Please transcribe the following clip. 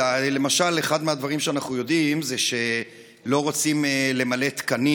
אלא למשל אחד מהדברים שאנחנו יודעים הוא שלא רוצים למלא תקנים.